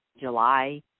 July